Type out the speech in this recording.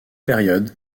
période